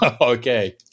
Okay